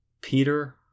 Peter